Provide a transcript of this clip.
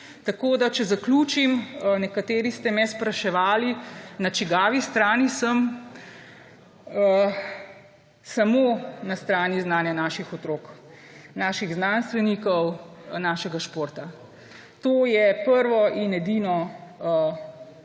v to smer. Če zaključim. Nekateri ste me spraševali, na čigavi strani sem. Samo na strani znanja naših otrok, naših znanstvenikov, našega športa. To je prvo in edino